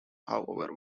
however